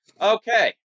Okay